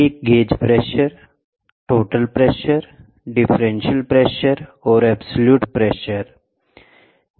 एक gauge pressure total pressure differential pressure और absolute pressure है